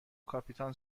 کاپیتان